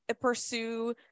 pursue